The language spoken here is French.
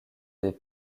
des